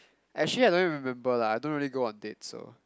actually I don't remember lah I don't really go on dates so